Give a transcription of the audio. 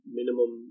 minimum